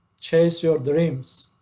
chase your dreams.